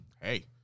hey